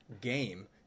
game